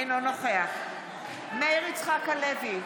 אינו נוכח מאיר יצחק הלוי,